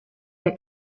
der